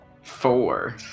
Four